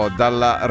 dalla